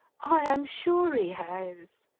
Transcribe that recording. i am sure he has.